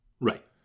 right